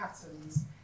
patterns